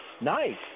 Nice